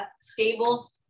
stable